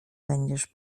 będziesz